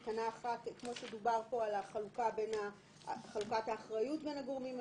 כמו שדובר פה על חלוקת האחריות בין הגורמים השונים.